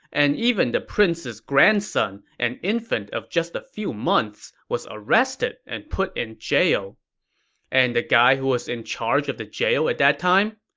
and even the prince's grandson, an infant of just a few months, was arrested and put in jail and the guy who was in charge of the jail at the time?